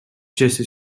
jesse